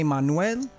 Manuel